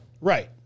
Right